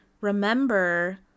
remember